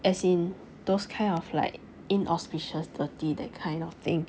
as in those kind of like inauspicious dirty that kind of thing